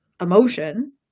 emotion